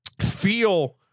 feel